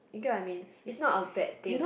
you get what I mean it's not a bad thing